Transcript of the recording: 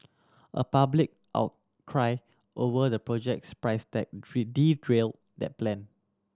a public out cry over the project's price tag derailed that plan